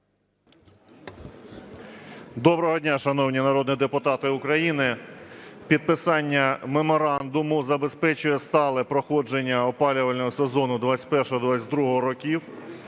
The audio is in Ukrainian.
Доброго дня, шановні народні депутати України! Підписання меморандуму забезпечує стале проходження опалювального сезону 2021/22 років.